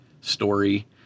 story